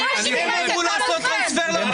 אתה עושה --- הם אמרו לעשות טרנספר לאוכלוסייה הזאת.